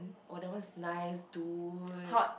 oh that one's nice dude